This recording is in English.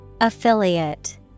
Affiliate